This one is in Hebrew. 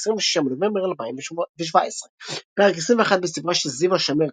26 בנובמבר 2017 פרק 21 בספרה של זיוה שמיר,